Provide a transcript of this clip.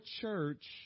church